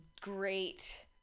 great